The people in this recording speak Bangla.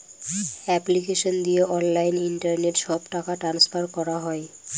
এপ্লিকেশন দিয়ে অনলাইন ইন্টারনেট সব টাকা ট্রান্সফার করা হয়